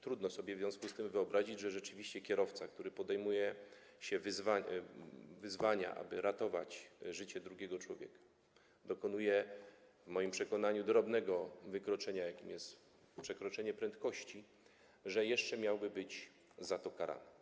Trudno sobie w związku z tym wyobrazić, że kierowca, który podejmuje się wyzwania, aby ratować życie drugiego człowieka, dokonując w moim przekonaniu drobnego wykroczenia, jakim jest przekroczenie prędkości, jeszcze miałby być za to karany.